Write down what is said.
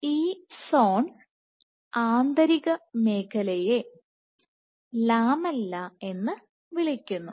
ഈ സോൺ ആന്തരിക മേഖലയെ ലാമെല്ല എന്ന് വിളിക്കുന്നു